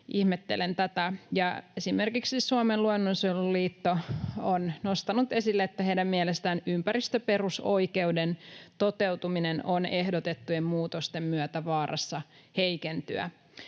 Ihmettelen tätä. Esimerkiksi Suomen luonnonsuojeluliitto on nostanut esille, että heidän mielestään ympäristöperusoikeuden toteutuminen on ehdotettujen muutosten myötä vaarassa heikentyä.